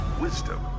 wisdom